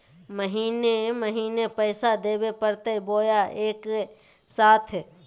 महीने महीने पैसा देवे परते बोया एके साथ?